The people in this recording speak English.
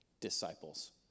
disciples